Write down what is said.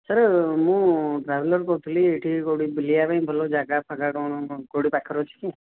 sir ମୁଁ traveller କହୁଥିଲି ଏଇଠି କେଉଁଠି ବୁଲିବା ପାଇଁ ଭଲ ଜାଗା ଫାଗା କ'ଣ କେଉଁଠି ପାଖରେ ଅଛି କି